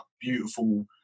beautiful